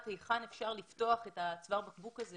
היכן אפשר לפתוח את צוואר הבקבוק הזה.